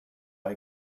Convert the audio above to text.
are